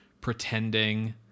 pretending